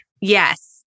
Yes